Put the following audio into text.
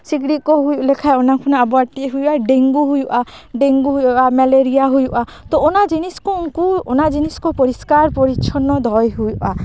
ᱥᱤᱠᱬᱤᱡ ᱠᱚ ᱦᱩᱭ ᱞᱮᱠᱷᱟᱱ ᱚᱱᱟ ᱠᱷᱚᱱᱟᱜ ᱟᱵᱚᱣᱟᱜ ᱪᱮᱫ ᱦᱩᱭᱩᱜᱼᱟ ᱰᱮᱝᱜᱩ ᱦᱩᱭᱩᱜᱼᱟ ᱰᱮᱝᱜᱩ ᱦᱩᱭᱩᱜᱼᱟ ᱢᱮᱞᱮᱨᱤᱭᱟ ᱦᱩᱭᱩᱜᱼᱟ ᱛᱚ ᱚᱱᱟ ᱡᱤᱱᱤᱥ ᱠᱚ ᱩᱱᱠᱩ ᱚᱱᱟ ᱡᱤᱱᱤᱥ ᱠᱚ ᱯᱚᱨᱤᱥᱠᱟᱨ ᱯᱚᱨᱤᱪᱪᱷᱚᱱᱱᱚ ᱫᱚᱦᱚᱭ ᱦᱩᱭᱩᱜᱼᱟ